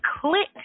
click